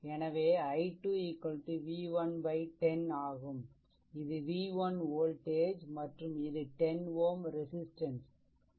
எனவே i2 v110 ஆகும் இது v1வோல்டேஜ் மற்றும் இது 10 Ω ரெசிஸ்ட்டன்ஸ்resistance